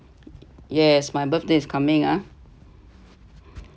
yes my birthday is coming ah